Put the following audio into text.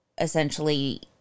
essentially